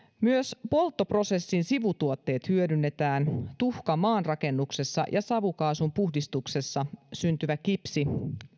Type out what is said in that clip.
myös polttoprosessin sivutuotteet hyödynnetään tuhka maanrakennuksessa ja savukaasun puhdistuksessa syntyvä kipsi